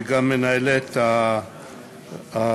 וגם למנהלת השירות,